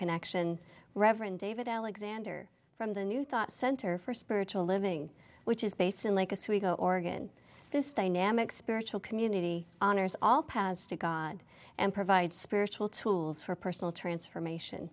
connection reverend david alexander from the new thought center for spiritual living which is basically like us we go oregon this dynamic spiritual community honors all paths to god and provide spiritual tools for personal transformation